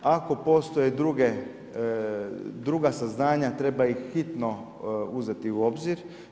Ako postoje druga saznanja treba ih hitno uzeti u obzir.